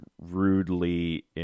rudely